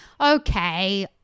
okay